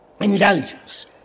indulgence